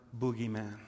boogeyman